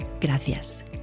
Gracias